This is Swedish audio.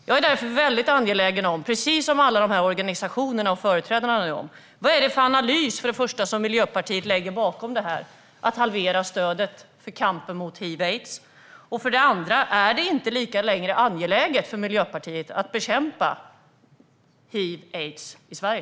Jag är därför, precis som alla dessa organisationer och företrädare, angelägen om att få veta för det första vilken analys Miljöpartiet lägger bakom halveringen stödet till kampen mot hiv aids i Sverige.